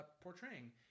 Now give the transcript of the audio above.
portraying